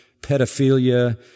pedophilia